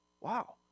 wow